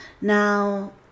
Now